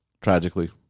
tragically